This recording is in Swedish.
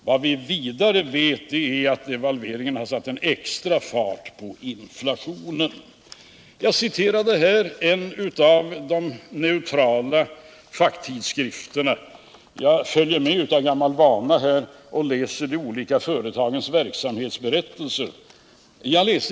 Vi vet vidare att devalveringen satte en extra fart på inflationen. Jag citerade en av de neutrala facktidskrifterna. Av gammal vana följer jag också med och läser de olika företagens verksamhetsberättelser.